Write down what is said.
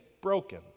broken